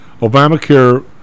Obamacare